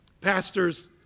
pastors